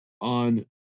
on